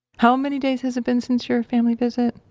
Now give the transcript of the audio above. how many days has it been since your family visit?